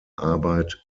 arbeit